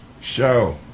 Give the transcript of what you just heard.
Show